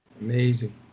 Amazing